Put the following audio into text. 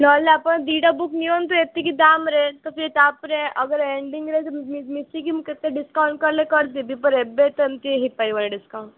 ନ ହେଲେ ଆପଣ ଦୁଇଟା ବୁକ୍ ନିଅନ୍ତୁ ଏତିକି ଦାମ୍ରେ ତ ତାପରେ ଅଗର ଏଣ୍ଡିଂରେ ମିଶିକି ମୁଁ କେତେ ଡିସ୍କାଉଣ୍ଟ କଲେ କରି ଦେବି ଏବେ ତ ଏମିତି ହୋଇପାରିବନି ଡିସ୍କାଉଣ୍ଟ